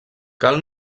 cal